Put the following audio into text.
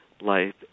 life